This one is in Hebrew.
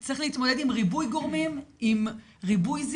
הוא צריך להתמודד עם ריבוי גורמים,